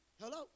Hello